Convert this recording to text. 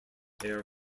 air